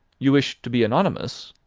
you wish to be anonymous?